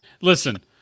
listen